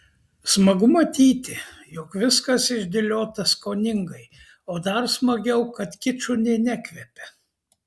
smagu matyti jog viskas išdėliota skoningai o dar smagiau kad kiču nė nekvepia